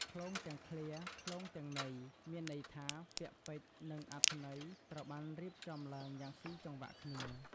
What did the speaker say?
ឃ្លោងទាំងឃ្លា ឃ្លោងទាំងន័យ មានន័យថា ពាក្យពេចន៍ និងអត្ថន័យត្រូវបានរៀបចំឡើងយ៉ាងស៊ីចង្វាក់គ្នា។